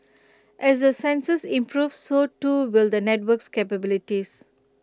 as the sensors improve so too will the network's capabilities